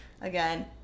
again